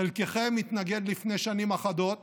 חלקכם התנגדתם לפני שנים אחדות